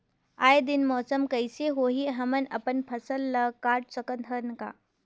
आय दिन मौसम कइसे होही, हमन अपन फसल ल काट सकत हन का?